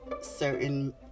certain